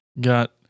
got